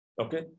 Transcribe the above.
Okay